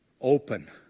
Open